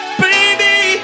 baby